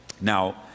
Now